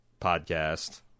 podcast